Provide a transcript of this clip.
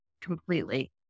completely